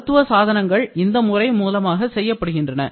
மருத்துவ சாதனங்கள் இந்த முறை மூலமாக செய்யப்படுகின்றன